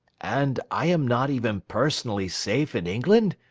and i am not even personally safe in england?